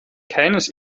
keines